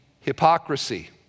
hypocrisy